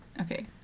Okay